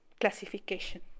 classification